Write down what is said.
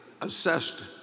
assessed